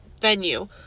venue